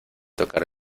tocar